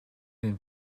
den